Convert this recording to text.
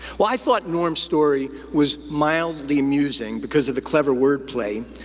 well, i thought norm's story was mildly amusing because of the clever wordplay,